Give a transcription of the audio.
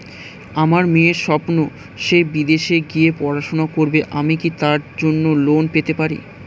আমার মেয়ের স্বপ্ন সে বিদেশে গিয়ে পড়াশোনা করবে আমি কি তার জন্য লোন পেতে পারি?